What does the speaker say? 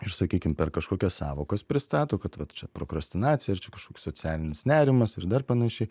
ir sakykim per kažkokias sąvokas pristato kad vat čia prokrastinacija ar čia kažkoks socialinis nerimas ir dar panašiai